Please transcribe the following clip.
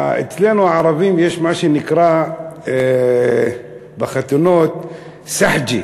אצלנו הערבים יש מה שנקרא בחתונות סחג'ה,